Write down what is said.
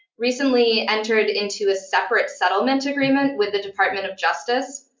recently entered into a separate settlement agreement with the department of justice.